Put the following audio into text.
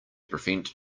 prevent